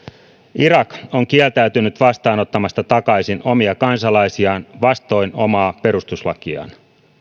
irak on kieltäytynyt vastaanottamasta takaisin omia kansalaisiaan vastoin omaa perustuslakiaan